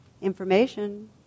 Information